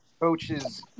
coaches